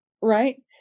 Right